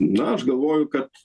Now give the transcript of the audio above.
na aš galvoju kad